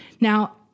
now